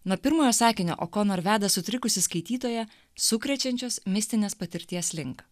nuo pirmojo sakinio okonur veda sutrikusį skaitytoją sukrečiančios mistinės patirties link